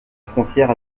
frontière